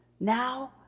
now